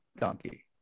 Donkey